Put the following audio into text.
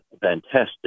fantastic